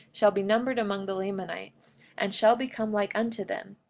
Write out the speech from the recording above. shall be numbered among the lamanites, and shall become like unto them,